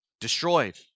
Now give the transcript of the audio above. destroyed